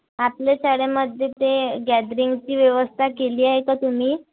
आपल्या शाळेमध्ये ते गॅदरिंगची व्यवस्था केली आहे का तुम्ही